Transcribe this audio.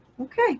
okay